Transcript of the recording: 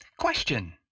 Question